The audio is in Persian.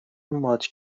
ماچ